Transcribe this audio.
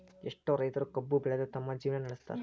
ಎಷ್ಟೋ ರೈತರು ಕಬ್ಬು ಬೆಳದ ತಮ್ಮ ಜೇವ್ನಾ ನಡ್ಸತಾರ